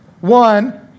One